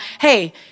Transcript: hey